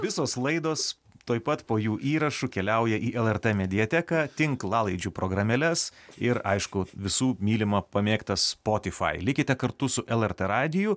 visos laidos tuoj pat po jų įrašu keliauja į lrt mediateką tinklalaidžių programėles ir aišku visų mylimą pamėgtą spotify likite kartu su lrt radiju